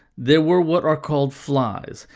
there were what are called flies,